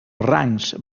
rangs